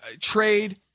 trade